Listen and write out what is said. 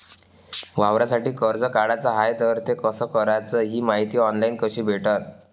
वावरासाठी कर्ज काढाचं हाय तर ते कस कराच ही मायती ऑनलाईन कसी भेटन?